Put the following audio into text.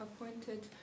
appointed